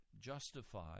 justified